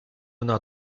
una